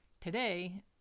Today